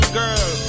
girl